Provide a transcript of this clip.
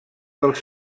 dels